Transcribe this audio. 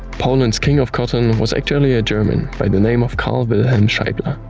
poland's king of cotton was actually a german by the name of karl wilhelm scheibler.